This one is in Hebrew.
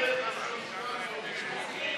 ההסתייגות (3)